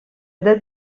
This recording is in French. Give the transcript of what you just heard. date